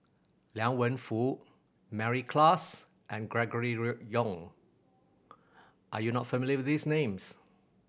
Liang Wenfu Mary Klass and Gregory Road Yong are you not familiar with these names